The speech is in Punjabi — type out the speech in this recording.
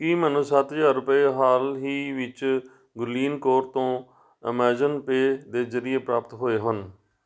ਕੀ ਮੈਨੂੰ ਸੱਤ ਹਜ਼ਾਰ ਰੁਪਏ ਹਾਲ ਹੀ ਵਿੱਚ ਗੁਰਲੀਨ ਕੌਰ ਤੋਂ ਐਮਾਜ਼ਾਨ ਪੇਅ ਦੇ ਜ਼ਰੀਏ ਪ੍ਰਾਪਤ ਹੋਏ ਹਨ